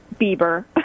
Bieber